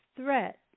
threat